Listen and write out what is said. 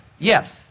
Yes